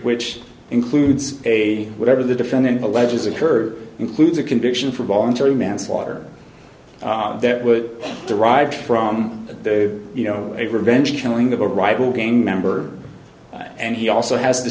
which includes a whatever the defendant alleges occurred includes a conviction for voluntary manslaughter that would derive from you know a revenge killing of a rival gang member and he also has the